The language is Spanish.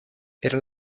eran